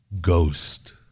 ghost